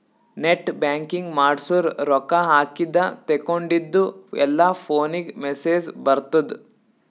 net banking ಮಾಡ್ಸುರ್ ರೊಕ್ಕಾ ಹಾಕಿದ ತೇಕೊಂಡಿದ್ದು ಎಲ್ಲಾ ಫೋನಿಗ್ ಮೆಸೇಜ್ ಬರ್ತುದ್